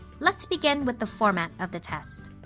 let's begin with the format of the test.